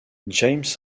james